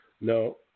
No